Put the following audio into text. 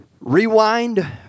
Rewind